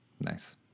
Nice